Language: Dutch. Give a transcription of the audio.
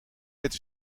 het